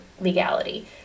legality